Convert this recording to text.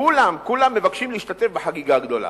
כולם, כולם מבקשים להשתתף בחגיגה הגדולה.